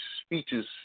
speeches